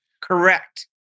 Correct